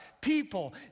people